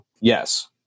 Yes